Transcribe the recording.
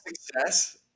success